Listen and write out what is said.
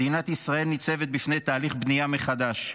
מדינת ישראל ניצבת בפני תהליך בנייה מחדש,